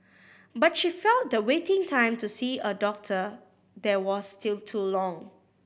but she felt the waiting time to see a doctor there was still too long